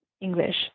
English